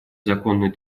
законной